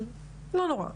אבל לא נורא,